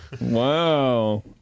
Wow